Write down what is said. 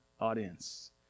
audience